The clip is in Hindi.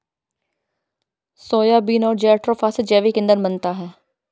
सोयाबीन और जेट्रोफा से जैविक ईंधन बनता है